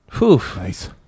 Nice